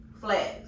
flags